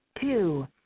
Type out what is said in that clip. Two